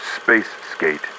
space-skate